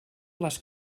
les